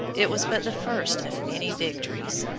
it was but the first of many victories.